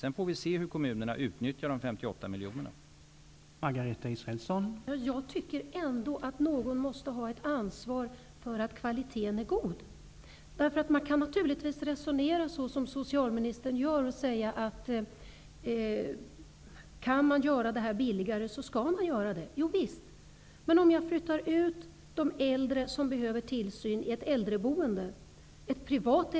Sedan får vi se hur kommunerna utnyttjar de 58 miljoner kronorna.